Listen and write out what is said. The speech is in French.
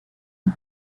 une